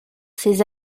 ses